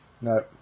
No